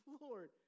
Lord